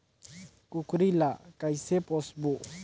कूकरी ला कइसे पोसबो?